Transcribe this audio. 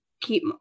keep